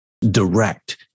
direct